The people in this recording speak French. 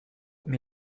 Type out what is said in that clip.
mais